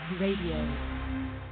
radio